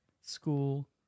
school